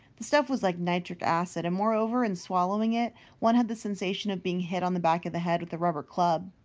the stuff was like nitric acid, and moreover, in swallowing it one had the sensation of being hit on the back of the head with a rubber club.